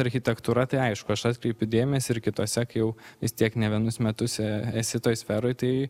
architektūra tai aišku aš atkreipiu dėmesį ir kituose kai jau jis tiek ne vienus metus esi toj sferoj tai